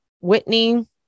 Whitney